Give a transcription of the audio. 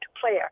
player